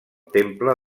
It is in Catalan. temple